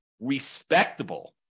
respectable